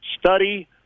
Study